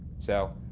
so,